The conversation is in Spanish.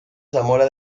zamora